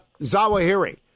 Zawahiri